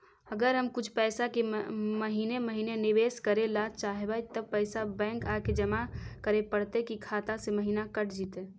अगर हम कुछ पैसा के महिने महिने निबेस करे ल चाहबइ तब पैसा बैक आके जमा करे पड़तै कि खाता से महिना कट जितै?